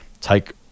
take